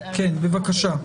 סליחה, כן בבקשה.